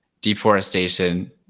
deforestation